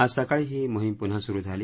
आज सकाळी ही मोहिम पुन्हा सुरू झाली